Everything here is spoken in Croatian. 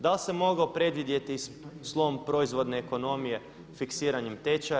Da li se mogao predvidjeti slom proizvodne ekonomije fiksiranjem tečaja?